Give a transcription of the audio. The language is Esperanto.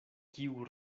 kiu